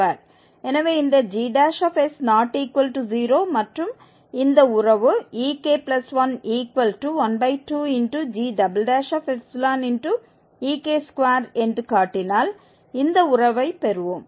எனவே இந்த g≠0 மற்றும் இந்த உறவு ek112gek2 என்று காட்டினால் இந்த உறவைப் பெறுவோம்